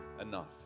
enough